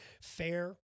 Fair